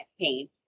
pain